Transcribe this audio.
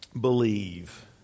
believe